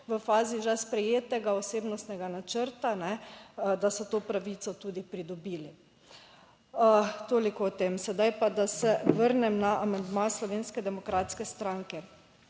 v fazi že sprejetega osebnostnega načrta, ne, da so to pravico tudi pridobili. Toliko o tem. Sedaj pa da se vrnem na amandma Slovenske demokratske stranke.